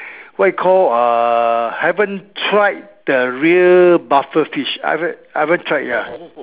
what you call uh I haven't tried the real puffer fish I haven't I haven't tried ya